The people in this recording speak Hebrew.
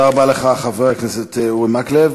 תודה רבה לך, חבר הכנסת אורי מקלב.